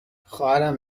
خواهرم